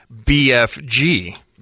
BFG